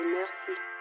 Merci